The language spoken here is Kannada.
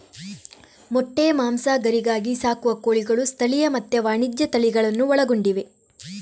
ಮೊಟ್ಟೆ, ಮಾಂಸ, ಗರಿಗಾಗಿ ಸಾಕುವ ಕೋಳಿಗಳು ಸ್ಥಳೀಯ ಮತ್ತೆ ವಾಣಿಜ್ಯ ತಳಿಗಳನ್ನೂ ಒಳಗೊಂಡಿವೆ